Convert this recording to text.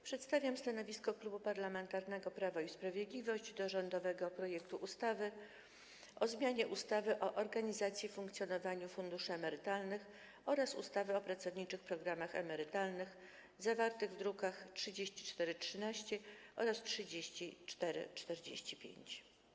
Przedstawiam stanowisko Klubu Parlamentarnego Prawo i Sprawiedliwość wobec rządowego projektu ustawy o zmianie ustawy o organizacji i funkcjonowaniu funduszy emerytalnych oraz ustawy o pracowniczych programach emerytalnych, zawartego w drukach nr 3413 oraz 3445.